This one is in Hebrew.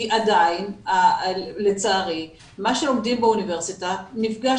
כי עדיין לצערי מה שלומדים באוניברסיטה נפגש